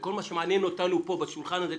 וכל מה שמעניין אותנו פה בשולחן הזה,